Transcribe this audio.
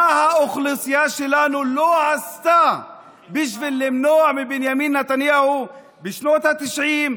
מה האוכלוסייה שלנו לא עשתה בשביל למנוע מבנימין נתניהו בשנות התשעים,